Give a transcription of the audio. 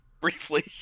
briefly